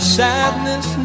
sadness